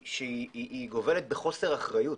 שגובלת בחוסר אחריות.